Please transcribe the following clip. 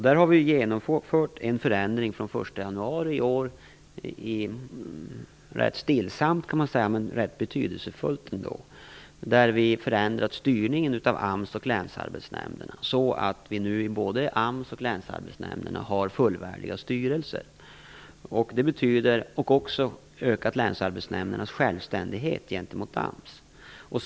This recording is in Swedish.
Där har vi genomfört en förändring från den 1 januari i år, rätt stillsamt men rätt betydelsefullt, genom att förändra styrningen av AMS och länsarbetsnämnderna, så att vi nu både i AMS och i länsarbetsnämnderna har fullvärdiga styrelser. Vi har också ökat länsarbetsnämndernas självständighet gentemot AMS.